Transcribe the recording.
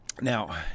Now